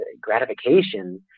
gratification